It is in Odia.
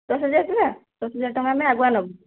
ଦଶ ହଜାର ଟଙ୍କା ଦଶ ହଜାର ଟଙ୍କା ଆମେ ଆଗୁଆ ନେବୁ